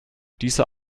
dieser